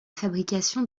fabrication